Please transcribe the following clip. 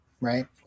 right